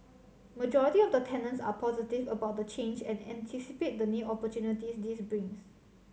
majority of the tenants are positive about the change and anticipate the new opportunities this brings